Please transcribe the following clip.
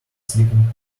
sleeping